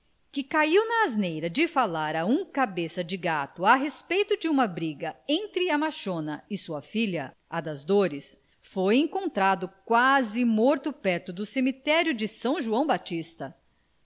que caiu na asneira de falar a um cabeça de gato a respeito de uma briga entre a machona e sua filha a das dores foi encontrado quase morto perto do cemitério de são joão batista